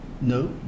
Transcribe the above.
no